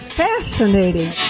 fascinating